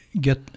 get